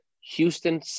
Houston